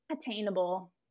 attainable